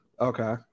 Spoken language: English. Okay